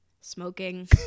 smoking